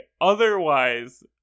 otherwise